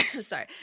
sorry